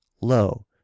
low